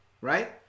right